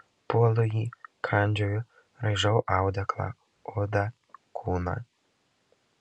puolu jį kandžioju raižau audeklą odą kūną